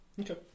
Okay